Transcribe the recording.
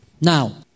Now